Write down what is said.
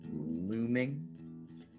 looming